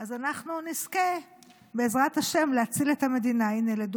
וזה מהסיבה שאנחנו נמצאים בצומת שבו היחידים הם שיכריעו.